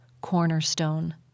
cornerstone